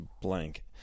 blank